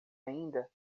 ainda